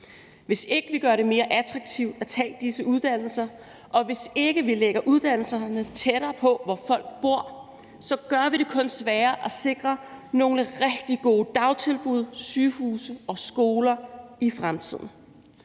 Hvis ikke vi gør det mere attraktivt at tage disse uddannelser, og hvis ikke vi lægger uddannelserne tættere på, hvor folk bor, så gør vi det kun sværere at sikre nogle rigtig gode dagtilbud, sygehuse og skoler i fremtiden.